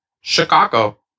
Chicago